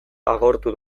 agortu